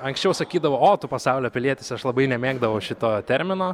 anksčiau sakydavo o tu pasaulio pilietis aš labai nemėgdavau šito termino